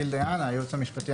ייעוץ משפטי,